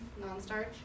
Non-starch